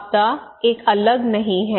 आपदा एक अलग नहीं है